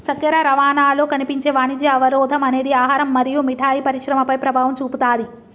చక్కెర రవాణాలో కనిపించే వాణిజ్య అవరోధం అనేది ఆహారం మరియు మిఠాయి పరిశ్రమపై ప్రభావం చూపుతాది